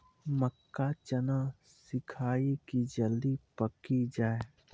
मक्का चना सिखाइए कि जल्दी पक की जय?